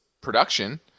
production